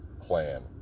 plan